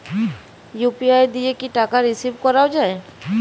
UPI দিয়ে কি টাকা রিসিভ করাও য়ায়?